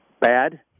bad